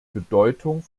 bedeutung